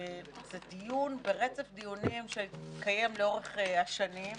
זה דיון ברצף דיונים שהתקיים לאורך השנים,